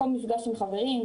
מקום מפגש עם חברים,